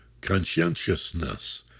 conscientiousness